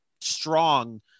strong